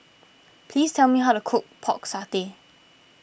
please tell me how to cook Pork Satay